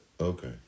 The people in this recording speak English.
Okay